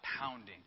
Pounding